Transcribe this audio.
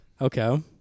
Okay